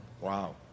Wow